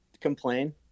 complain